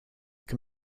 can